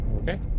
Okay